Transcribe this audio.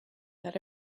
that